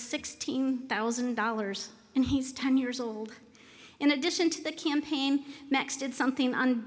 sixteen thousand dollars and he's ten years old in addition to the campaign mexted something